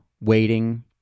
waiting